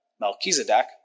Melchizedek